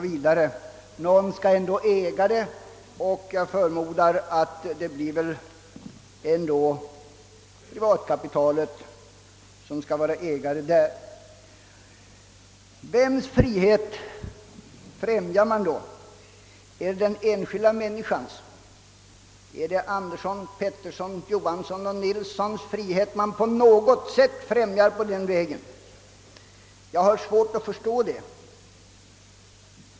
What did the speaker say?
v., men någon skall ju ändå äga företaget, och jag förmodar att det då blir privatkapitalet som står för ägandet. Och vems frihet främjar man då? Är det den enskilda människans? Är det Anderssons, Petterssons, Johanssons och Nilssons frihet man främjar på den vägen? Det har jag svårt att förstå.